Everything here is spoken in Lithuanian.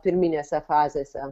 pirminėse fazėse